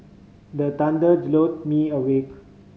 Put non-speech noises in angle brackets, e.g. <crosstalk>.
the thunder <unintelligible> me awake